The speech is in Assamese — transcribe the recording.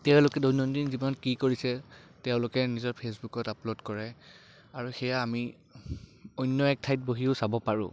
তেওঁলোকে দৈনন্দিন জীৱনত কি কৰিছে তেওঁলোকে নিজৰ ফেচবুকত আপলোড কৰে আৰু সেয়া আমি অন্য এক ঠাইত বহিও চাব পাৰোঁ